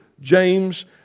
James